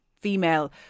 female